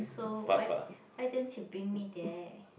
so why why don't you bring me there